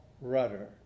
rudder